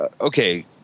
okay